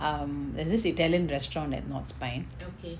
um there's this italian restaurant at north spine